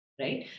right